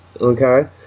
okay